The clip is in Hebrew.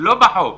לא כחוק